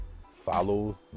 follow